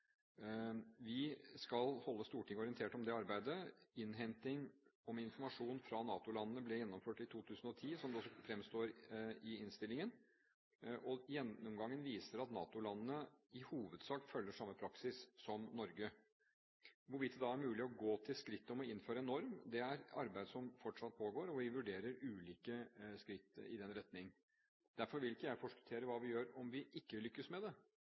Vi skal holde Stortinget orientert om det arbeidet. Innhenting av informasjon fra NATO-landene ble gjennomført i 2010, som det også fremgår av innstillingen. Gjennomgangen viser at NATO-landene i hovedsak følger samme praksis som Norge. Hvorvidt det da er mulig å gå til det skritt å innføre en norm, er et arbeid som fortsatt pågår, og vi vurderer ulike skritt i den retning. Derfor vil ikke jeg forskuttere hva vi gjør om vi ikke lykkes med det.